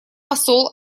посол